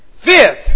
Fifth